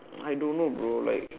I don't know bro like